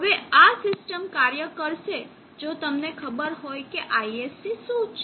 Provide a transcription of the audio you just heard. હવે આ સિસ્ટમ કાર્ય કરશે જો તમને ખબર હોય કે ISC શું છે